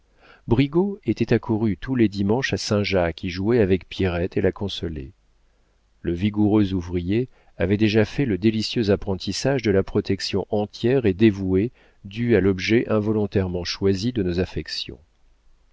brigaut était accouru tous les dimanches à saint-jacques y jouer avec pierrette et la consoler le vigoureux ouvrier avait déjà fait le délicieux apprentissage de la protection entière et dévouée due à l'objet involontairement choisi de nos affections